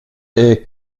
est